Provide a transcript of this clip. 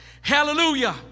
Hallelujah